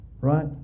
Right